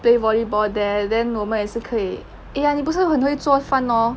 play volleyball there then 我们也是可以 eh ya 你不是很会做饭 lor